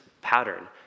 pattern